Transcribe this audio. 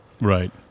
Right